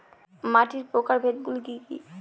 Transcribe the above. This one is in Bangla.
মাটির প্রকারভেদ গুলো কি কী?